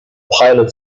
pilot